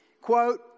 Quote